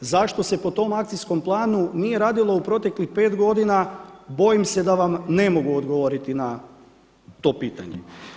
Zašto se po tom akcijskom planu nije radilo u proteklih 5 godina, bojim se da vam ne mogu odgovoriti na to pitanje.